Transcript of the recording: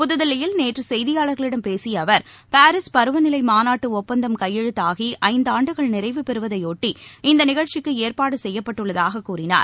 புதுதில்லியில் நேற்றுசெய்தியாளர்களிடம் பேசியஅவர் பாரிஸ் பருவநிலைமாநாட்டுடுப்பந்தம் கையெழுத்தாகிஐந்தாண்டுகள் நிறைவு பெறுவதைஒட்டி இந்தநிகழ்ச்சிக்குஏற்பாடுசெய்யப்பட்டுள்ளதாககூறினார்